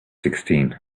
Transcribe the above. sixteen